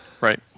Right